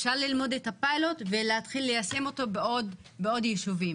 אפשר ללמוד את הפיילוט ולהתחיל ליישם אותו בעוד ישובים.